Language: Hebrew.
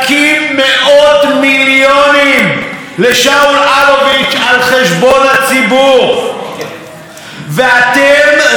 ואתם רק עכשיו נזכרים להעביר סמכויות מראש הממשלה לשר התקשורת?